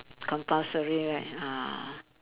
compulsory right ah